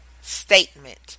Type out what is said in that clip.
Statement